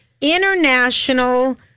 international